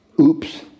Oops